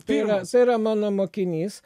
tai yra tai yra mano mokinys